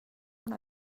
una